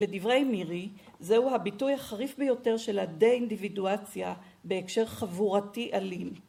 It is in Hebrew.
לדברי מירי, זהו הביטוי החריף ביותר של הדה אינדיבידואציה בהקשר חבורתי אלים.